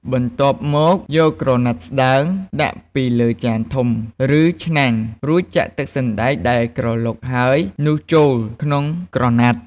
បន្ទាប់មកយកក្រណាត់ស្តើង ដាក់ពីលើចានធំ ឬឆ្នាំង រួចចាក់ទឹកសណ្តែកដែលក្រឡុកហើយនោះចូលក្នុងក្រណាត់។